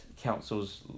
councils